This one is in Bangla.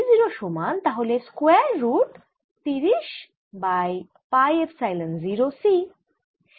E 0 সমান তাহলে স্কয়ার রুট তিরিশ বাই পাই এপসাইলন 0 c